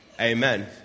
Amen